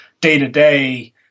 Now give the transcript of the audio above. day-to-day